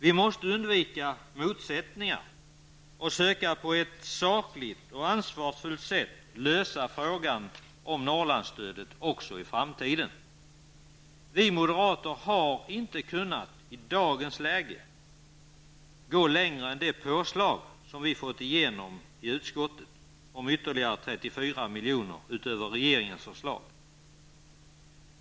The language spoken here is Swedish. Vi måste undvika motsättningar och på ett sakligt och ansvarsfullt sätt försöka lösa frågan om Norrlandsstödet också i framtiden. Vi moderater har i dagens läge inte kunnat gå längre än det påslag om 34 milj.kr. utöver regeringens förslag som vi fått igenom i utskottet.